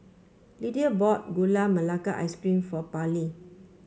Lidia bought Gula Melaka Ice Cream for Pairlee